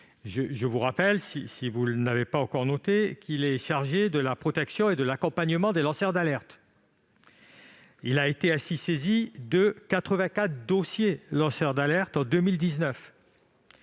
je vous rappelle, si vous ne l'avez pas encore noté, qu'il est chargé de la protection et de l'accompagnement des lanceurs d'alerte. Il a ainsi été saisi de 84 dossiers en la matière en 2019.